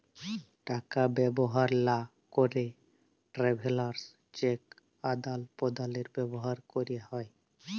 টাকা ব্যবহার লা ক্যেরে ট্রাভেলার্স চেক আদাল প্রদালে ব্যবহার ক্যেরে হ্যয়